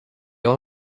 all